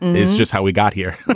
it's just how we got here.